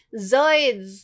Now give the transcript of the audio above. Zoids